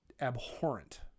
abhorrent